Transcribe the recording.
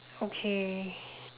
okay